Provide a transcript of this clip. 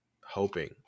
hoping